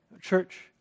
Church